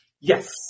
Yes